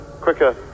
quicker